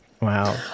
wow